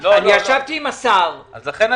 אני ישבתי עם השר --- אז לכן אני